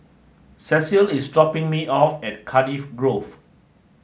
Cecile is dropping me off at Cardiff Grove